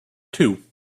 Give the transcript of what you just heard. two